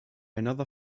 another